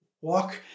walk